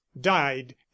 died